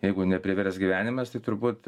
jeigu neprivers gyvenimas tai turbūt